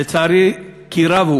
לצערי כי רב,